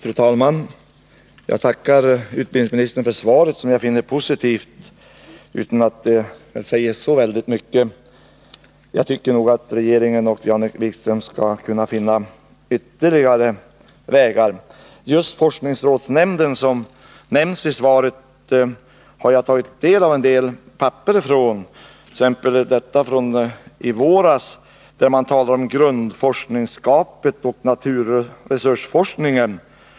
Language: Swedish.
Fru talman! Jag tackar utbildningsministern för svaret, som jag finner positivt utan att det säger speciellt mycket. Regeringen och Jan-Erik Wikström skall nog kunna finna ytterligare vägar. Jag har tagit del av visst material från just forskningsrådsnämnden, som nämns i svaret. Jag har bl.a. en skrivelse från i våras där nämnden talar om grundforskningsskapet och naturresursforskningen.